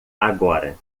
agora